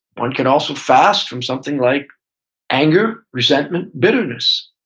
one could also fast from something like anger, resentment, bitterness.